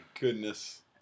goodness